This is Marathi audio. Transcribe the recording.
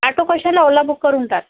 आटो कशाला ओला बुक करून टाक